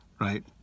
right